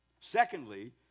Secondly